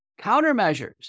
countermeasures